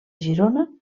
girona